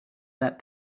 that